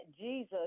Jesus